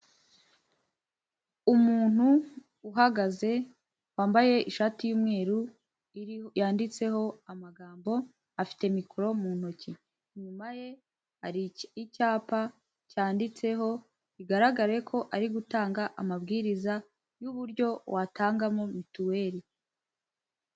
Umuntu uhagaze wambaye ishati y'umweru yanditseho amagambo, afite mikoro mu ntoki, inyuma ye hari icyapa cyanditseho bigaragare ko ari gutanga amabwiriza y'uburyo watangamo mituweri.